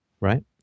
right